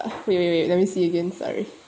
uh wait wait wait let me see again sorry